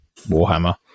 Warhammer